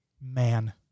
Man